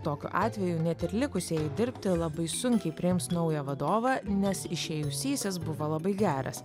tokiu atveju net ir likusieji dirbti labai sunkiai priims naują vadovą nes išėjusysis buvo labai geras